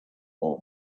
all